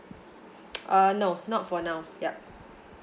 uh no not for now yup